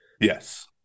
yes